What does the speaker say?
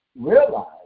realize